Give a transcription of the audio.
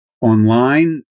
online